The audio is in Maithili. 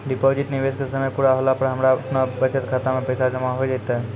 डिपॉजिट निवेश के समय पूरा होला पर हमरा आपनौ बचत खाता मे पैसा जमा होय जैतै?